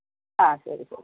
ആ ശരി ശെരി